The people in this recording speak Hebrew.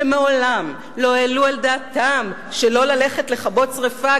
שמעולם לא העלו על דעתם שלא ללכת לכבות שרפה,